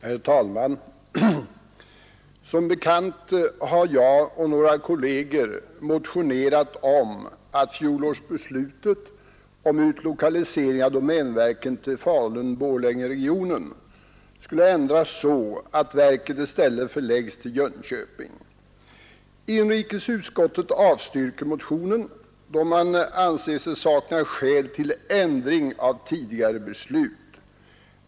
Herr talman! Som bekant har jag och några kolleger motionerat om att fjolårsbeslutet om utlokalisering av domänverket till Falun-Borlängeregionen skulle ändras så att verket i stället förläggs till Jönköping. Inrikesutskottet avstyrker motionen, då man anser sig sakna skäl till ändring av tidigare beslut.